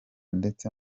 ndetse